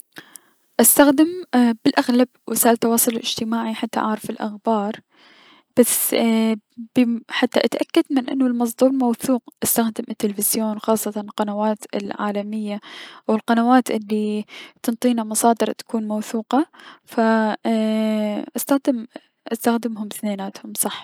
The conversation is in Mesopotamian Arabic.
استخدم بلأغلب وسائل التواصل اأجتماعي حتى اعرف الأخبار بس ب-م- حتى اتأكد انو المصدر موثوق استخدم التلفزيون و خاصتا القنوات العالمية و القنوات الي تنطينا مصادر اتكون موثوقة ف ايي- استخدم - استخدمهم ثنيناتهم صح.